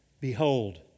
behold